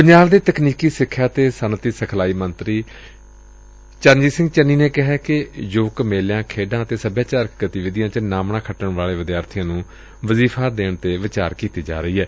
ਪੰਜਾਬ ਦੇ ਤਕਨੀਕੀ ਸਿਖਿਆ ਅਤੇ ਸਨੱਅਤੀ ਸਿਖਲਾਈ ਮੰਤਰੀ ਚਰਨਜੀਤ ਸਿੰਘ ਚੰਨੀ ਨੇ ਕਿਹੈ ਕਿ ਯੁਵਕ ਮੇਲਿਆਂ ਖੇਡਾਂ ਅਤੇ ਸਭਿਆਚਾਰਕ ਗਤੀਵਿਧੀਆਂ ਚ ਨਾਮਣਾ ਖੱਟਣ ਵਾਲੇ ਵਿਦਿਆਰਥੀਆਂ ਨੂੰ ਵਜ਼ੀਫਾ ਦੇਣ ਤੇ ਵਿਚਾਰ ਕੀਤੀ ਜਾ ਰਹੀ ਏ